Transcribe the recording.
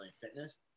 Fitness